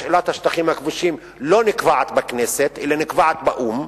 שאלת השטחים הכבושים לא נקבעת בכנסת אלא נקבעת באו"ם,